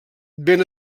ben